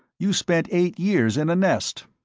you spent eight years in a nest.